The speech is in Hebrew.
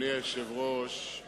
אדוני היושב-ראש,